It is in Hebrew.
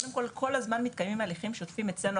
קודם כל מתקיימים הליכים שוטפים אצלינו,